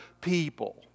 people